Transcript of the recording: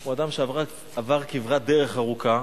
הוא אדם שעבר כברת דרך ארוכה,